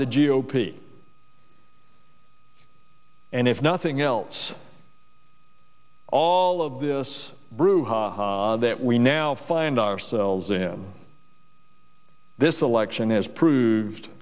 the g o p and if nothing else all of this brouhaha that we now find ourselves in this election is proved